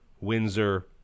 Windsor